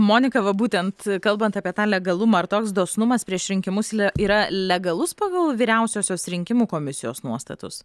monika va būtent kalbant apie tą legalumą ar toks dosnumas prieš rinkimus le yra legalus pagal vyriausiosios rinkimų komisijos nuostatus